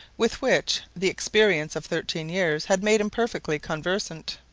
with which the experience of thirteen years had made him perfectly conversant.